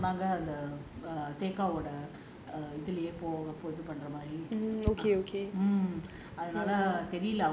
நல்ல வேலை அவங்க வந்து சொன்னாங்க இதுலே போற மாரி:nalla velai avanga vanthu sonnaanga ithulae pora maari